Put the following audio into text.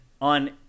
on